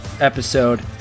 episode